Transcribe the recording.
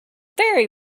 very